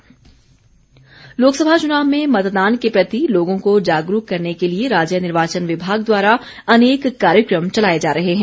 SVEEP कार्यक्रम लोकसभा चुनाव में मतदान के प्रति लोगों को जागरूक करने के लिए राज्य निर्वाचन विभाग द्वारा अनेक कार्यक्रम चलाए जा रहे हैं